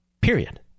Period